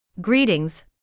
Greetings